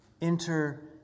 enter